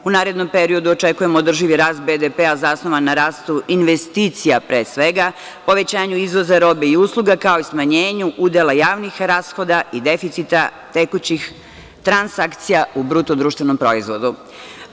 U narednom periodu očekujemo održivi rast BDP, zasnovan na rastu investicija, pre svega, povećanju izvoza roba i usluga, kao i smanjenju udela javnih rashoda i deficita tekućih transakcija u BDP-u.